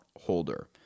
holder